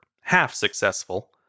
half-successful